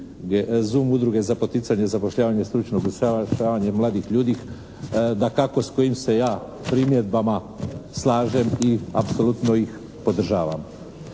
ZUM udruge za poticanje zapošljavanja i stručnog usavršavanja mladih ljudi, dakako s kojim se ja primjedbama slažem i apsolutno ih podržavam.